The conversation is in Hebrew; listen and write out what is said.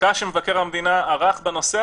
המדינה.